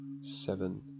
seven